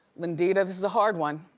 lindita, this is a hard one.